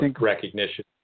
recognition